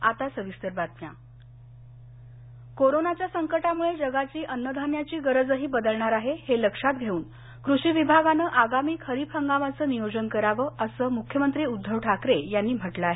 खरीप कोरोनाच्या संकटामुळे जगाची अन्नधान्याची गरजही बदलणार आहे हे लक्षात घेऊन कृषी विभागांनं आगामी खरीप हंगामाचं नियोजन करावं असं मुख्यमंत्री उद्घव ठाकरे यांनी म्हटलं आहे